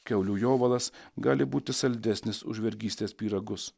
kiaulių jovalas gali būti saldesnis už vergystės pyragus